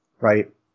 Right